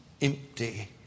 empty